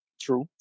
True